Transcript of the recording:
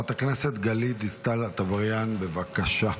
חברת הכנסת גלית דיסטל אטבריאן, בבקשה.